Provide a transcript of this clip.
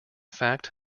fact